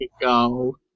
go